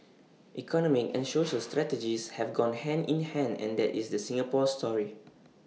economic and social strategies have gone hand in hand and that is the Singapore story